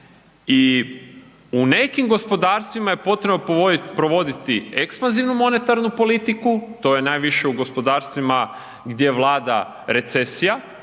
I u nekim gospodarstvima je potrebno provoditi ekspanzivnu monetarnu politiku, to je najviše u gospodarstvima gdje vlada recesija,